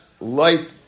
light